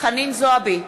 חנין זועבי,